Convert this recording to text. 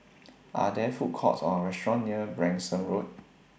Are There Food Courts Or restaurants near Branksome Road